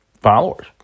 followers